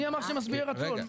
מי אמר שהם משביעי רצון?